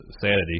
Sanity